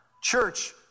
Church